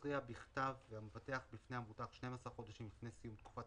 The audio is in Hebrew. יודיע בכתב המבטח בפני המבוטח 12 חודשים לפני סיום תקופת